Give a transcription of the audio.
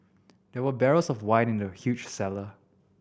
there were barrels of wine in the huge cellar